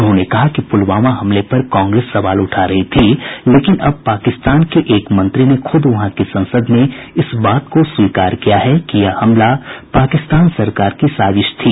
उन्होंने कहा कि पुलवामा हमले पर कांग्रेस सवाल उठा रही थी लेकिन अब पाकिस्तान के एक मंत्री ने खुद वहां की संसद में इस बात को स्वीकार किया है कि यह हमला पाकिस्तान सरकार की साजिश थी